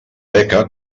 beca